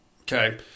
okay